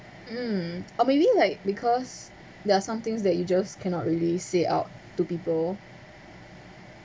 mm or maybe like because there are somethings that you just cannot really say out to people